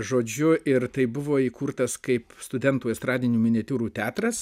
žodžiu ir tai buvo įkurtas kaip studentų estradinių miniatiūrų teatras